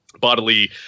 bodily